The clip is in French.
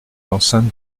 l’enceinte